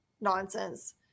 nonsense